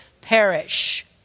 perish